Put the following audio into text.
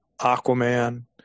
aquaman